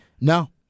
no